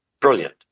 brilliant